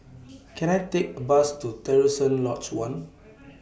Can I Take A Bus to Terusan Lodge one